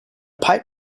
pipe